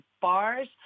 bars